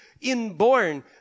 inborn